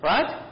Right